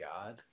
God